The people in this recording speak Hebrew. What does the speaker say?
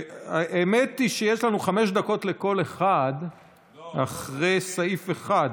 האמת היא שיש לנו חמש דקות לכל אחד אחרי סעיף 1,